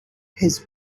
his